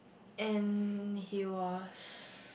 and he was